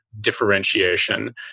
differentiation